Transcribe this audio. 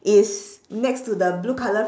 is next to the blue colour